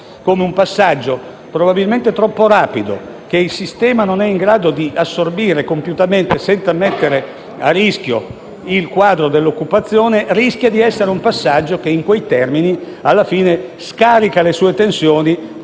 come un passaggio probabilmente troppo rapido che il sistema non è in grado di assorbire compiutamente senza mettere a repentaglio il quadro dell'occupazione, alla fine rischia in quei termini di scaricare le sue tensioni